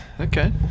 Okay